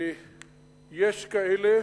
יש כאלה